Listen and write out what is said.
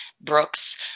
Brooks